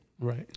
Right